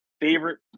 favorite